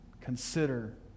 consider